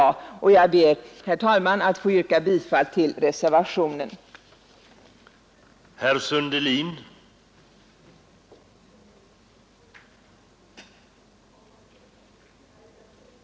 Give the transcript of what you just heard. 18 HRL973 Jag ber, herr talman, att få yrka bifall till reservationen ONtsSönkan lj osssäisrgtr Ersättning av